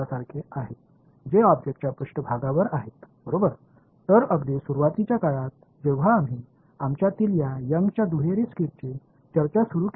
எனவே ஆரம்பத்தில் இந்த எங்'ஸ்young'sஇரட்டை பிளவு பற்றிய எங்கள் விவாதத்தைத் தொடங்கியபோது பிளவுகளின் மூலைகளில் இரண்டாம் நிலை ஆதாரங்கள் உள்ளன அவை உமிழ்கின்றன என்று நாங்கள் கூறினோம்